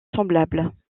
semblable